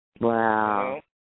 Wow